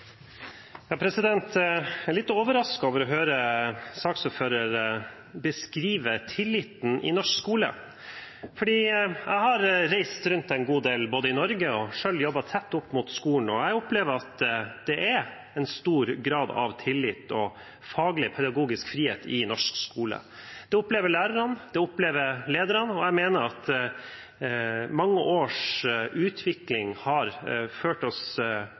Ja, det stemmer. Jeg fremmer det forslaget der vi er medforslagsstiller. Representanten Marianne Aasen har tatt opp det forslaget hun refererte til. Jeg er litt overrasket over å høre saksordførerens beskrivelse av tilliten i norsk skole. Jeg har reist rundt i Norge en god del og har selv jobbet tett opp mot skolen, og jeg opplever at det er en stor grad av tillit og faglig og pedagogisk frihet i norsk skole. Det opplever lærerne, det opplever lederne. Jeg